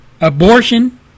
abortion